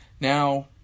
Now